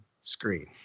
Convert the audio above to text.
screen